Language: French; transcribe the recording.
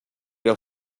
leur